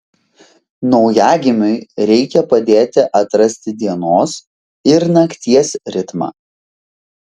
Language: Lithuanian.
naujagimiui reikia padėti atrasti dienos ir nakties ritmą